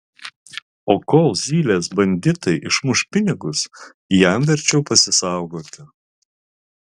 o kol zylės banditai išmuš pinigus jam verčiau pasisaugoti